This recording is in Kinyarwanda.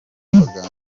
abaganga